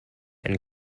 and